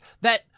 That-